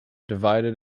divided